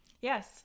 yes